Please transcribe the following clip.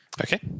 okay